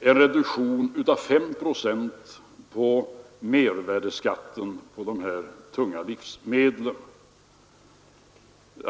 en reduktion med S procent av mervärdeskatten på de tunga livsmedlen.